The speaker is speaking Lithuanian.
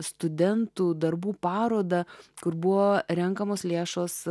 studentų darbų parodą kur buvo renkamos lėšos